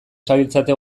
zabiltzate